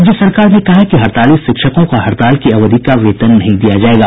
राज्य सरकार ने कहा है कि हड़ताली शिक्षकों को हड़ताल की अवधि का वेतन नहीं दिया जायेगा